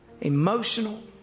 emotional